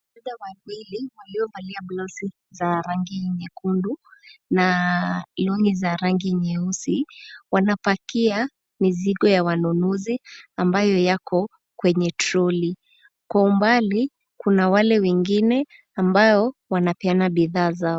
...wawili waliovalia nyekundu na long'i za rangi nyeusi wanapakia mizigo ya wanunuzi ambayo yako kwenye troli. Kwa umbali, kuna wale wengine ambao wanapeana bidhaa zao.